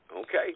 Okay